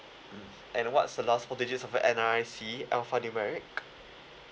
mm and what's the last four digits of your N_R_I_C alphanumeric